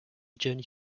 journey